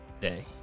day